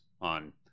on